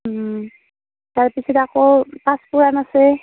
তাৰ পিছত আকৌ পাঁচফোৰণ আছে